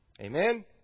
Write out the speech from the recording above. Amen